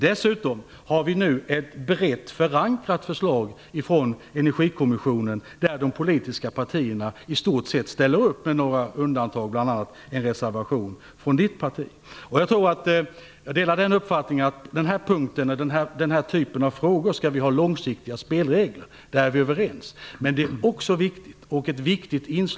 Dessutom har vi nu ett brett förankrat förslag från Energikommissionen där de politiska partierna i stort sett ställer upp, med några undantag, bl.a. en reservation från Mikael Odenbergs parti. Jag delar uppfattningen att vi skall ha långsiktiga spelregler för den här typen av frågor. Där är vi överens.